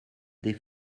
des